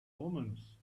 omens